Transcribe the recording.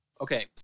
Okay